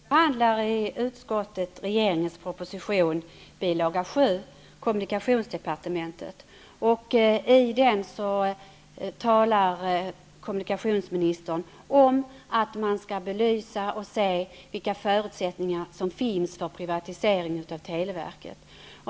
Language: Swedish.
Herr talman! Vi har i utskottet behandlat regeringens proposition bil. 7 Kommunikationsdepartementet. I denna talar kommunikationsministern om att man skall belysa och se vilka förutsättningar som finns för en privatisering av televerket.